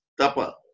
Tapa